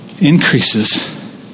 increases